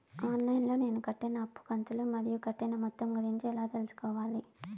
On line లో నేను కట్టిన అప్పు కంతులు మరియు కట్టిన మొత్తం గురించి ఎలా తెలుసుకోవాలి?